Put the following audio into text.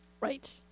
Right